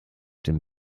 dem